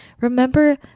Remember